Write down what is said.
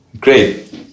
great